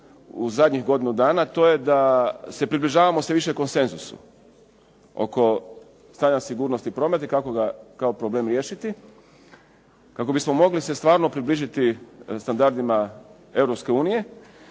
u zadnjih godinu, to je da se približavamo sve više konsenzusu oko stanja sigurnosti prometa i kako ga kao problem riješiti kako bismo mogli se stvarno približiti standardima